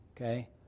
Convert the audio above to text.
okay